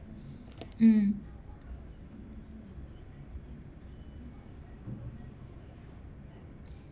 mm